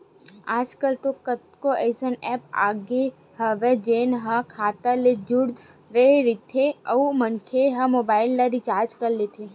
आजकल तो कतको अइसन ऐप आगे हवय जेन ह खाता ले जड़े रहिथे अउ मनखे ह मोबाईल ल रिचार्ज कर लेथे